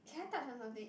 can I touch on something